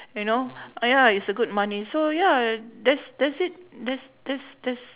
you know uh ya is a good money so ya that's that's it that's that's that's